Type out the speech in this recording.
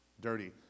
dirty